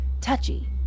Touchy